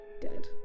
dead